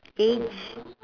age